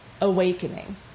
awakening